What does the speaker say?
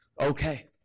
okay